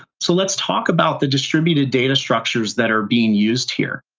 so let's talk about the distributed data structures that are being used here.